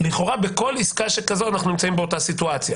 לכאורה בכל עסקה שכזו אנחנו נמצאים באותה סיטואציה